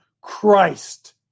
Christ